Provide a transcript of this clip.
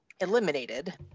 eliminated